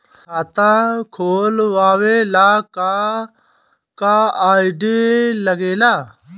खाता खोलवावे ला का का आई.डी लागेला?